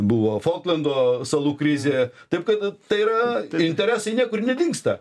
buvo folklando salų krizė taip kad tai yra interesai niekur nedingsta